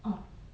orh